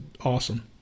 awesome